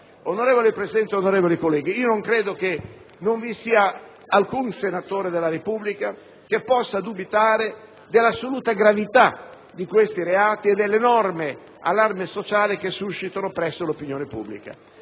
Signor Presidente, onorevoli colleghi, non credo vi sia alcun senatore della Repubblica che possa dubitare della assoluta gravità di tali reati e dell'enorme allarme sociale che questi suscitano presso l'opinione pubblica.